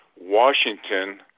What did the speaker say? Washington